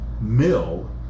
Mill